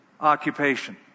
occupation